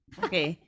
okay